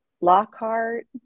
Lockhart